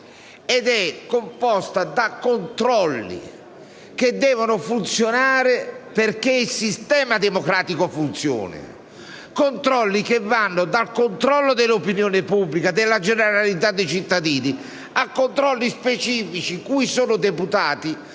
e contempla controlli che devono funzionare perché il sistema democratico funzioni: da quello dell'opinione pubblica, della generalità dei cittadini, a controlli specifici cui sono deputati